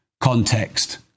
Context